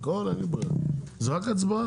לא רק שהוא לא ידע למה,